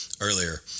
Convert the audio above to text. earlier